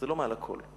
זה לא מעל לכול.